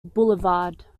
boulevard